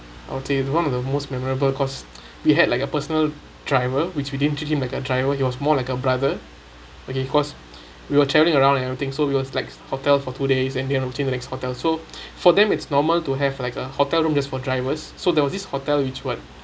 okay one of the most memorable because we had like a personal driver which we didn't treat him like a driver he was more like a brother okay because we are travelling around and everything so we was like hotels for two days and there between the next hotel so for them it's normal to have like a hotel room just for drivers so there was this hotel which was